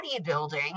bodybuilding